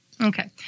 Okay